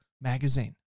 magazine